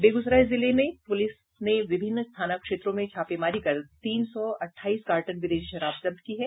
बेगूसराय जिले में पुलिस ने विभिन्न थाना क्षेत्रों में छापेमारी कर तीन सौ अठाईस कार्टन विदेशी शराब जब्त किया है